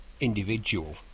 individual